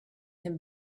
him